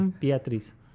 Beatriz